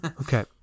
Okay